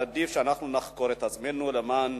עדיף שאנחנו נחקור את עצמנו, למען